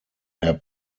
herr